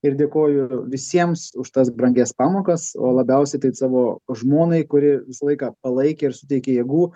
ir dėkoju visiems už tas brangias pamokas o labiausiai tai savo žmonai kuri visą laiką palaikė ir suteikė jėgų